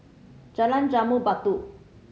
Jalan Jambu Batu